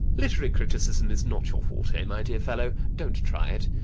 literary criticism is not your forte, my dear fellow. don't try it.